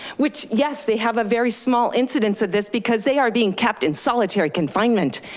which yes, they have a very small incidence of this, because they are being kept in solitary confinement,